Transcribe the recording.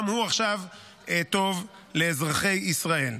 גם הוא עכשיו טוב לאזרחי ישראל.